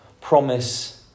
promise